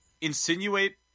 insinuate